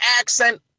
accent